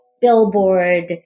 billboard